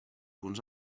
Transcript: punts